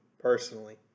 personally